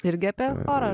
irgi apie chorą